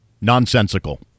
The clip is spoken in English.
Nonsensical